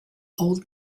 old